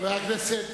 חברי הכנסת,